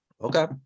Okay